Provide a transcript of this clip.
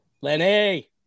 Lenny